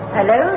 Hello